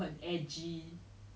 so not